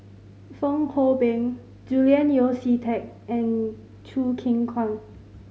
Fong Hoe Beng Julian Yeo See Teck and Choo Keng Kwang